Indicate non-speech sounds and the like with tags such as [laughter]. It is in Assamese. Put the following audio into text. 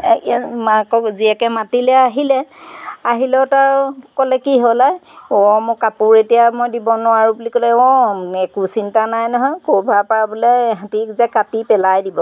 [unintelligible] মাকক জীয়েকে মাতিলে আহিলে আহিলত আৰু ক'লে কি হ'ল আই অ' মোক কাপোৰ এতিয়া মই দিব নোৱাৰোঁ বুলি ক'লে অঁ একো চিন্তা নাই নহয় ক'ৰবাৰ পৰা বোলে সিহঁতে যে কাটি পেলাই দিব